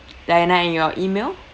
diana and your email